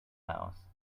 house